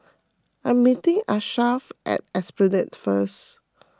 I am meeting Achsah at Esplanade first